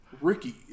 Ricky